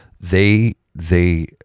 They—they